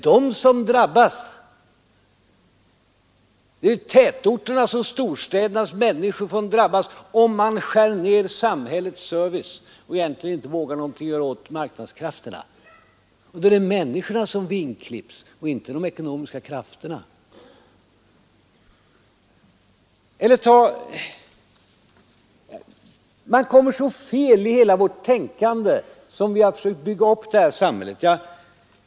Det är människorna som drabbas om man skär ner samhällets service och egentligen inte vågar göra någonting åt marknadskrafterna. Människorna vingklipps och inte de ekonomiska krafterna. Med en sådan inställning kommer man alldeles bort från det tänkande som har legat bakom när vi har försökt bygga upp samhället.